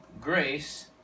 grace